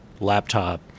laptop